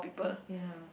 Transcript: ya